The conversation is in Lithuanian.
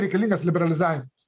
reikalingas liberalizavimas